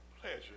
pleasure